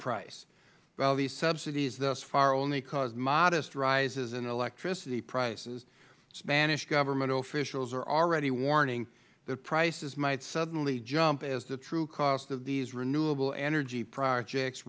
price while these subsidies thus far only cause modest rises in electricity prices spanish government officials are already warning that prices might suddenly jump as the true cost of these renewable energy projects